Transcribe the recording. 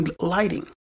lighting